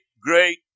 great